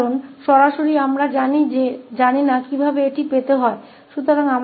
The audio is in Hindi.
क्योंकि सीधे हम नहीं जानते कि इसे कैसे प्राप्त किया जाए